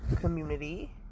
community